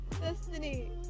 Destiny